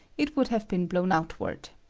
it would have been blown outward.